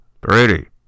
Brady